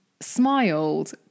smiled